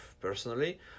personally